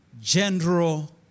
General